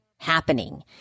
Happening